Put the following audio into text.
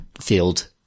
field